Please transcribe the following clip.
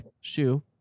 Shoe